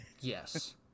Yes